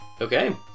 Okay